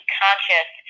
conscious